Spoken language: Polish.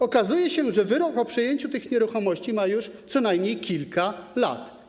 Okazuje się, że wyrok dotyczący przejęcia tych nieruchomości ma już co najmniej kilka lat.